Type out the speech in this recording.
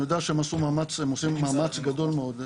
אני יודע שהם עושים מאמץ גדול מאוד.